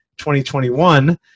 2021